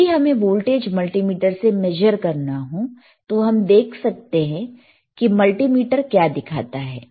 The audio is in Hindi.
यदि हमें वोल्टेज मल्टीमीटर से मेजर करना हो तो हम देखते हैं कि मल्टीमीटर क्या दिखाता है